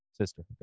Sister